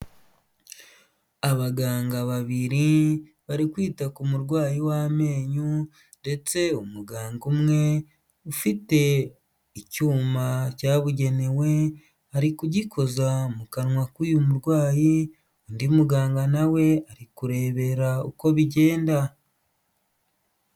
Abaganga babiri bari kwita ku murwayi wamenyo, ndetse umuganga umwe ufite icyuma cyabugenewe, ari kugikoza mu kanwa kuyu murwayi, undi muganga nawe ari kurebera uko bigenda.